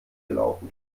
gelaufen